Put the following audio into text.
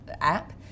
app